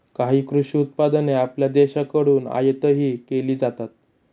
काही कृषी उत्पादने आपल्या देशाकडून आयातही केली जातात